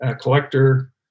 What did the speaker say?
collector